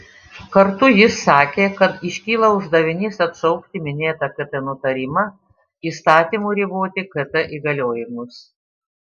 kartu jis sakė kad iškyla uždavinys atšaukti minėtą kt nutarimą įstatymu riboti kt įgaliojimus